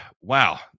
Wow